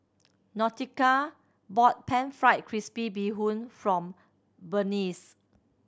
Nautica bought Pan Fried Crispy Bee Hoon from Berneice